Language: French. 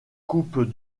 coupe